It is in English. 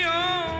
on